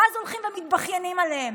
ואז הולכים ומתבכיינים עליהם.